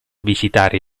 visitare